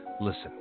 Listen